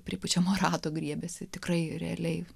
pripučiamo rato griebiasi tikrai realiai